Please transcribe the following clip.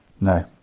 no